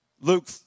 Luke